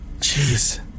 Jeez